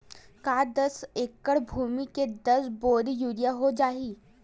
का दस एकड़ भुमि में दस बोरी यूरिया हो जाही?